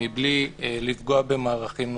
מבלי לפגוע במערכים נוספים.